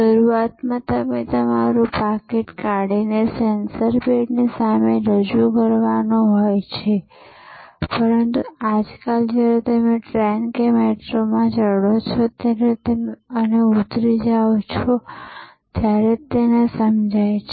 શરૂઆતમાં તમારે તમારું પાકીટ કાઢીને સેન્સર પેડની સામે જ રજૂ કરવાનું હોય છે પરંતુ આજકાલ જ્યારે તમે ટ્રેન કે મેટ્રોમાં ચઢો છો અથવા તમે ઊતરી જાઓ છો ત્યારે જ તેને સમજાય છે